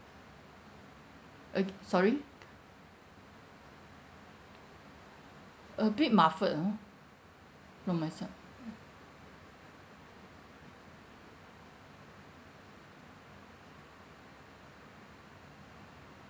okay sorry a bit muffled you know from my side